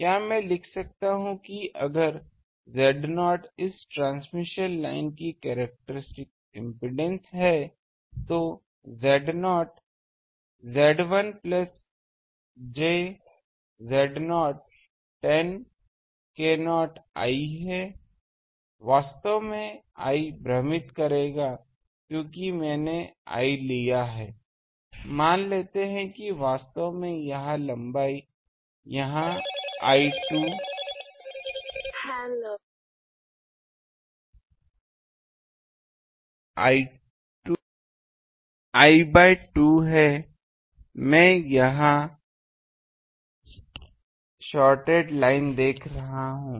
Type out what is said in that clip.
क्या मैं लिख सकता हूं कि अगर Z0 इस ट्रांसमिशन लाइन की कैरेक्टरिस्टिक इम्पीडेन्स है तो Z0 Z1 plus j Z0 tan k0 l है वास्तव में l भ्रमित करेगा क्योंकि मैंने l लिया है मान लेते है कि वास्तव में यहाँ लंबाई यहाँ l2 है मैं यहाँ शॉर्टेड लाइन देख रहा हूँ